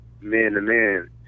man-to-man